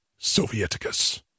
Sovieticus